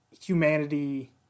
humanity